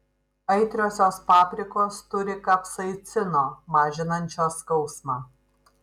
aitriosios paprikos turi kapsaicino mažinančio skausmą